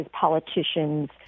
politicians